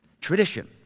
tradition